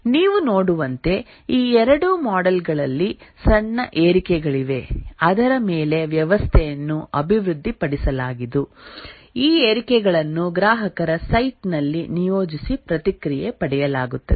ನೀವು ನೋಡುವಂತೆ ಈ ಎರಡೂ ಮಾಡೆಲ್ ಗಳಲ್ಲಿ ಸಣ್ಣ ಏರಿಕೆಗಳಿವೆ ಅದರ ಮೇಲೆ ವ್ಯವಸ್ಥೆಯನ್ನು ಅಭಿವೃದ್ಧಿಪಡಿಸಲಾಗಿದು ಈ ಏರಿಕೆಗಳನ್ನು ಗ್ರಾಹಕರ ಸೈಟ್ನಲ್ಲಿ ನಿಯೋಜಿಸಿ ಪ್ರತಿಕ್ರಿಯೆ ಪಡೆಯಲಾಗುತ್ತದೆ